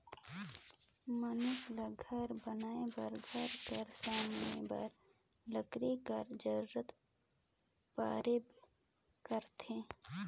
मइनसे ल घर बनाए बर, घर कर समान बर लकरी कर जरूरत परबे करथे